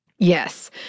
Yes